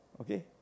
Okay